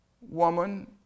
Woman